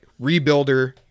rebuilder